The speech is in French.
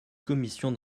commission